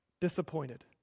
disappointed